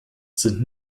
sind